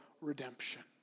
redemption